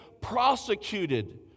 prosecuted